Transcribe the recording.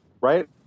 right